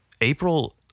April